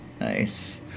nice